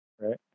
right